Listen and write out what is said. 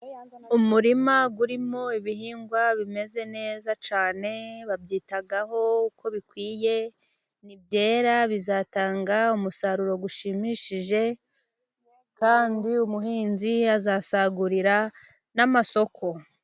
Umurima urimo ibihingwa bimeze neza cyane babyitaho uko bikwiye, nibyera bizatanga umusaruro ushimishije, kandi umuhinzi azasagurira n'amasoko.